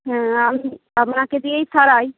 হ্যাঁ আমি আপনাকে দিয়েই সারাই